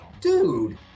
Dude